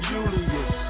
Julius